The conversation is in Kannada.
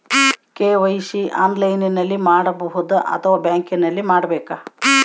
ಕೆ.ವೈ.ಸಿ ಆನ್ಲೈನಲ್ಲಿ ಮಾಡಬಹುದಾ ಅಥವಾ ಬ್ಯಾಂಕಿನಲ್ಲಿ ಮಾಡ್ಬೇಕಾ?